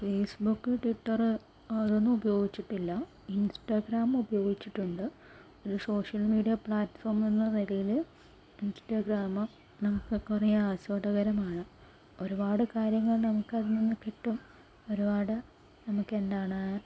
Facebook Twitter അതൊന്നും ഉപയോഗച്ചിട്ടില്ല Instagram ഉപയോഗിച്ചിട്ടുണ്ട് ഒരു സോഷ്യൽ മീഡിയ പ്ലാറ്റ്ഫോം എന്ന നിലയില് ഇൻസ്റ്റഗ്രാമ് നമുക്ക് കുറെ ആസ്വാദകരമാണ് ഒരുപാട് കാര്യങ്ങൾ നമുക്ക് അതിൽ നിന്നും കിട്ടും ഒരുപാട് നമുക്ക് എന്താണ്